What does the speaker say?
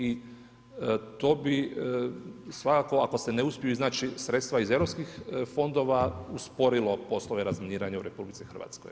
I to bi svakako, ako se ne uspiju iznaći sredstva iz Europskih fondova usporilo poslove razminiranje u RH.